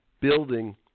building